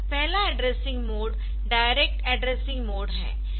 पहला addressing mode direct addressing mode है